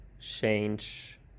change